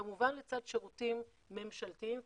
כמובן לצד שירותים ממשלתיים,